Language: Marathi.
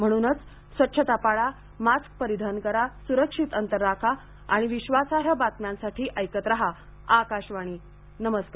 म्हणूनच स्वच्छता पाळा मास्क परिधान करा सुरक्षित अंतर राखा आणि विश्वासार्ह बातम्यांसाठी ऐकत राहा आकाशवाणी नमस्कार